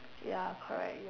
ya correct y~